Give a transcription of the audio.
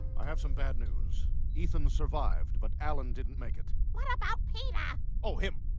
i have some bad news ethan survived but allen didn't make it. what about peter oh him.